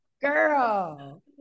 Girl